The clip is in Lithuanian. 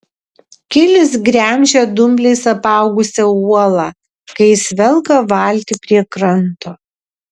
kilis gremžia dumbliais apaugusią uolą kai jis velka valtį prie kranto